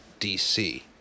DC